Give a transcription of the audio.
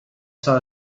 saw